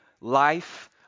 life